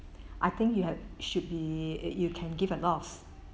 I think you have should be you you can give a lots of